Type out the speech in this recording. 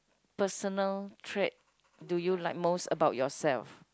personal trait do you like most about yourself